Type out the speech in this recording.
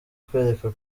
kukwereka